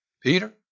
Peter